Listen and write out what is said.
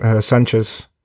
Sanchez